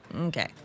Okay